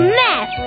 mess